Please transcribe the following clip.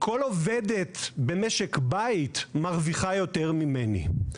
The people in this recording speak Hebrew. כל עובדת במשק בית מרוויחה יותר ממני.